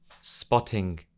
spotting